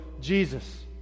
Jesus